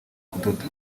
kudoda